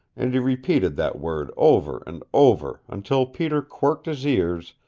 and he repeated that word over and over, until peter quirked his ears,